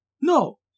No